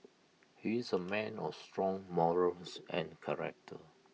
he's A man of strong morals and character